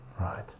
right